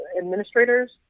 administrators